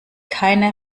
keine